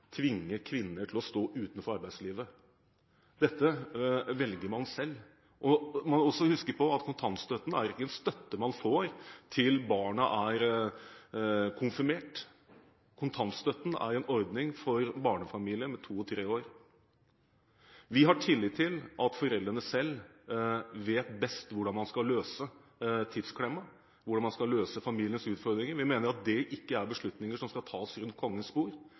tvinge kvinner til å stå utenfor arbeidslivet. Dette velger man selv. Man må også huske på at kontantstøtten ikke er en støtte man får til barna er konfirmert. Kontantstøtten er en ordning for barnefamilier i to–tre år. Vi har tillit til at foreldrene selv best vet hvordan man skal løse tidsklemma, og hvordan man skal løse familiens utfordringer. Vi mener at det ikke er beslutninger som skal tas rundt Kongens